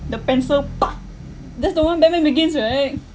the pencil pak that's the one batman begins right